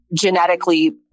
genetically